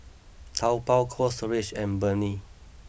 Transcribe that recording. Taobao Cold Storage and Burnie